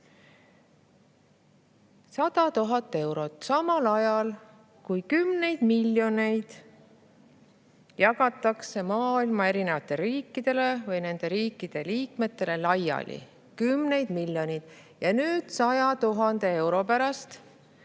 100 000 eurot, samal ajal kui kümneid miljoneid jagatakse maailma erinevatele riikidele või nende riikide liikmetele laiali. Kümneid miljoneid! Ja nüüd 100 000 euro pärast